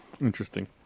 Interesting